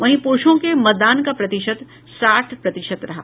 वहीं पुरूषों के मतदान का प्रतिशत साठ प्रतिशत रहा